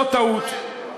זה טעות.